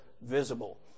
visible